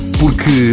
porque